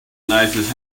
nicest